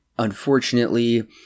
unfortunately